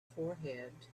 forehead